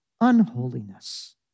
unholiness